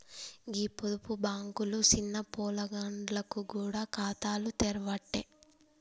గీ పొదుపు బాంకులు సిన్న పొలగాండ్లకు గూడ ఖాతాలు తెరవ్వట్టే